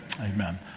Amen